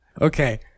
Okay